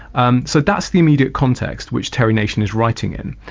and so that's the immediate context which terry nation is writing in.